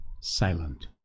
silent